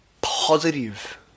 positive